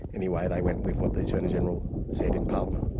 anyway, they went with what the attorney-general said in parliament.